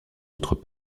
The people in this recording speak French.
autres